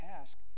ask